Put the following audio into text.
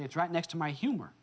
it's right next to my humor